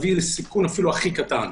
סיכון אפילו הכי קטן.